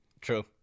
true